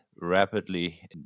rapidly